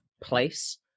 place